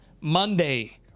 Monday